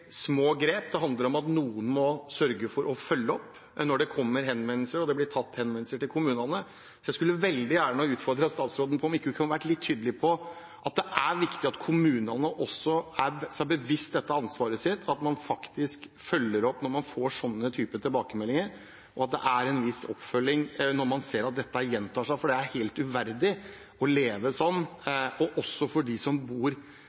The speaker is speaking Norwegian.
at noen må sørge for å følge opp når det kommer henvendelser til kommunene. Så jeg skulle veldig gjerne utfordret statsråden på om hun kan være litt tydelig på at det er viktig at kommunene også er seg bevisst dette ansvaret, at man faktisk følger opp når man får sånne tilbakemeldinger, og at det er en viss oppfølging når man ser at dette gjentar seg – også for dem som bor i området rundt og opplever dette, og ser den uverdigheten denne personen lever under – for det er helt uverdig å leve sånn.